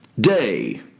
day